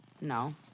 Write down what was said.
No